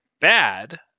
bad